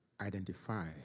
identify